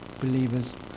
believers